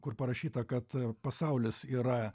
kur parašyta kad pasaulis yra